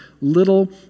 little